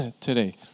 today